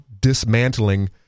dismantling